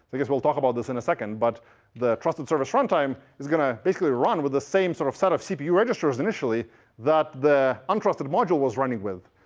guess we'll talk about this in a second. but the trusted service runtime is going to basically run with the same sort of set of cpu registers initially that the untrusted module was running with.